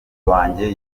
wanjye